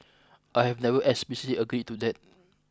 I have never explicitly agreed to that